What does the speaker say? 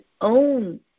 own